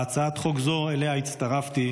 הצעת חוק זו, שאליה הצטרפתי,